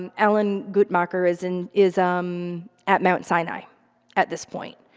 um alan guttmacher is in is um at mount sinai at this point.